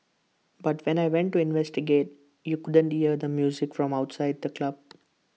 but when I went to investigate you couldn't hear the music from outside the club